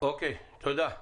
תודה.